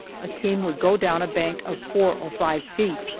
a team would go down a bank of four or five feet.